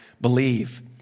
believe